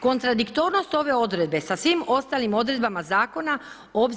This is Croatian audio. Kontradiktornost ove odredbe sa svim ostalim odredbama zakona